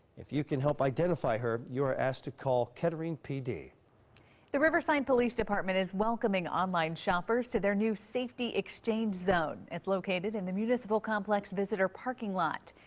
if you can help identify her. you are asked to call kettering p d. lauren the riverside police department is welcoming online shoppers to their new safety exchange zone it's located in the municipal complex visitor parking lot,